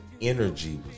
energy